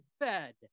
fed